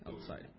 outside